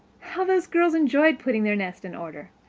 how those girls enjoyed putting their nest in order!